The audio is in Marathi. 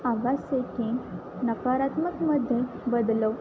आवाज सेटिंग नकारात्मकमध्ये बदलव